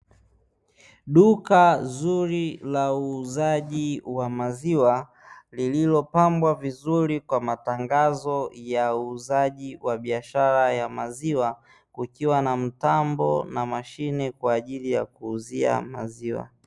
Duka zuri la uuzaji wa maziwa; lililopambwa vizuri kwa matangazo ya uuzaji wa biashara ya maziwa, kukiwa na mtambo na mashine kwa ajili ya kuuzia maziwa.